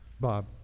Bob